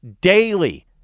daily